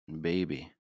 Baby